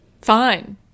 fine